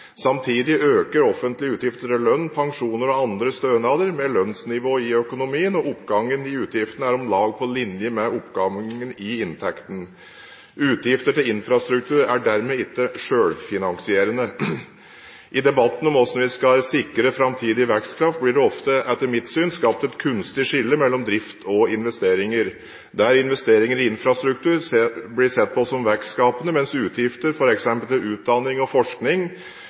Samtidig øker offentlige utgifter til lønn, pensjoner og andre stønader med lønnsnivået i økonomien, og oppgangen i utgiftene er om lag på linje med oppgangen i inntektene. Utgifter til infrastruktur er dermed ikke selvfinansierende. I debatten om hvordan vi skal sikre framtidig vekstkraft, blir det ofte, etter mitt syn, skapt et kunstig skille mellom drift og investeringer, der investeringer i infrastruktur blir sett på som vekstskapende, mens utgifter til f.eks. utdanning og forskning